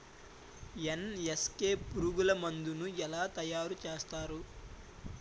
NSK పురుగు మందు ను ఎలా తయారు చేస్తారు?